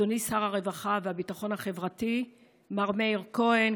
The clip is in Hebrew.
אדוני שר הרווחה והביטחון החברתי מר מאיר כהן,